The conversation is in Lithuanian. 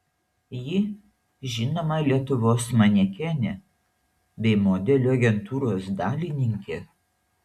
ji žinoma lietuvos manekenė bei modelių agentūros dalininkė